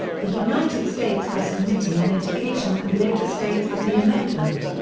the united states house committee on education and labor states that the amendment.